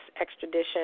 extradition